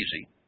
easy